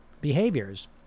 behaviors